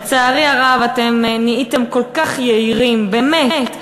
לצערי הרב, אתם נהייתם כל כך יהירים, באמת.